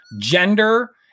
Gender